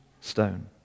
stone